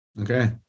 Okay